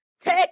Take